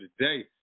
today